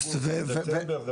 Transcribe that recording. אוגוסט או ספטמבר, זה לא חשוב.